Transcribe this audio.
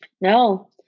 No